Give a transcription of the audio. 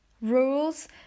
rules